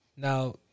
Now